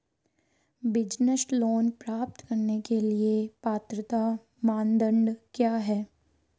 Business loan प्राप्त करने के लिए पात्रता मानदंड क्या हैं?